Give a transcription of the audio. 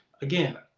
Again